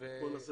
נעלה